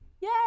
yay